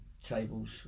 Tables